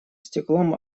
стеклом